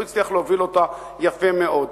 הוא הצליח להוביל אותה יפה מאוד.